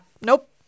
nope